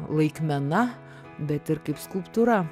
laikmena bet ir kaip skulptūra